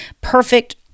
perfect